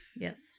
Yes